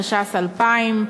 התש"ס 2000,